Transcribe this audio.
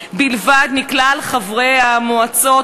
חברי וחברותי חברי הכנסת,